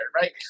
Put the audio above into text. right